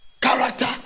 Character